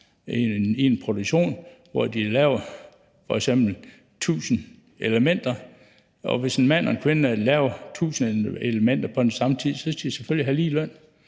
i en produktion, hvor de f.eks. laver 1.000 elementer, og hvis en mand og en kvinde laver 1.000 elementer på den samme tid, skal de selvfølgelig have lige løn,